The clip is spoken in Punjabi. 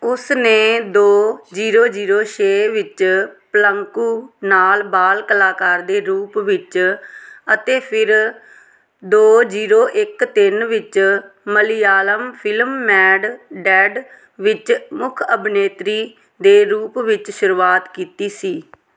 ਉਸ ਨੇ ਦੋ ਜੀਰੋ ਜੀਰੋ ਛੇ ਵਿੱਚ ਪਲੰਕੂ ਨਾਲ ਬਾਲ ਕਲਾਕਾਰ ਦੇ ਰੂਪ ਵਿੱਚ ਅਤੇ ਫਿਰ ਦੋ ਜੀਰੋ ਇੱਕ ਤਿੰਨ ਵਿੱਚ ਮਲਿਆਲਮ ਫਿਲਮ ਮੈਡ ਡੈਡ ਵਿੱਚ ਮੁੱਖ ਅਭਿਨੇਤਰੀ ਦੇ ਰੂਪ ਵਿੱਚ ਸ਼ੁਰੂਆਤ ਕੀਤੀ ਸੀ